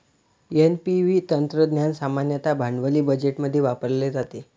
NPV तंत्रज्ञान सामान्यतः भांडवली बजेटमध्ये वापरले जाते